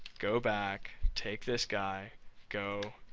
go back, take this guy go,